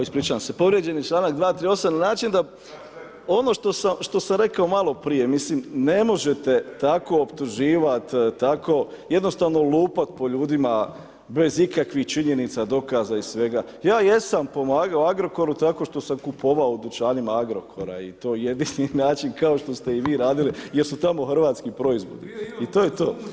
Ispričavam se, povrijeđen je čl. 238. na način, da ono što sam rekao maloprije, ne možete tako optuživati, tako, jednostavno lupat po ljudima, bez ikakvih činjenica, dokaza i svega, ja jesam pomagao Agrokoru, tako što sam kupovao u dućanima Agrokora i to je jedini način, kao što ste i vi radili, jer su tamo hrvatski proizvodi i to je to.